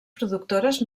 productores